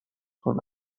کنه